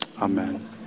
Amen